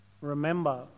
Remember